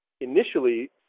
initially